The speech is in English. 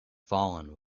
fallen